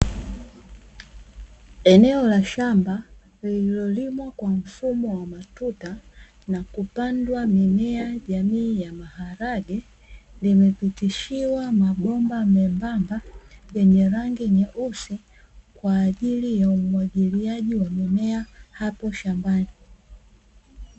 Eneo la shamba lililolimwa kwa mfumo wa matuta, na kupandwa mimea ya jamii ya maharage, limepitishiwa mabomba mwembamba yenye rangi nyeusi, kwa ajili ya umwagiliaji wa mimea, hapo shambani.